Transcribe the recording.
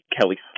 Kelly